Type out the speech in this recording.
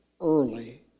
early